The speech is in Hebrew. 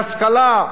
בהשכלה,